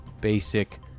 basic